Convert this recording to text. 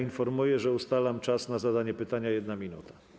Informuję, że ustalam czas na zadanie pytania - 1 minuta.